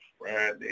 Friday